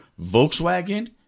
Volkswagen